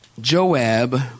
Joab